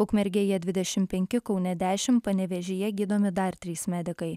ukmergėje dvidešimt penki kaune dešimt panevėžyje gydomi dar trys medikai